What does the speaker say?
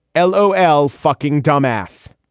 l o l fucking dumb ass.